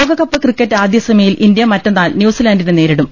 ലോകകപ്പ് ക്രിക്കറ്റ് ആദ്യ സെമിയിൽ ഇന്ത്യ മറ്റന്നാൾ ന്യൂസി ലൻഡിനെ നേരിടും